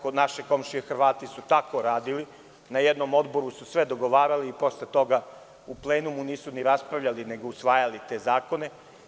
Recimo, naše komšije Hrvati su tako radili, na jednom odboru su sve dogovarali i posle toga u plenumu nisu ni raspravljali, nego usvajali te zakone.